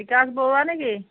বিকাশ বৰুৱা নেকি